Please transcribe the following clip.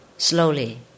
slowly